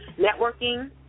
Networking